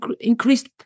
increased